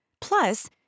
plus